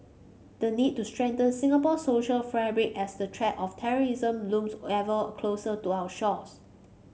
the need to strengthen Singapore's social fabric as the threat of terrorism looms ever closer to our shores